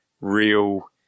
real –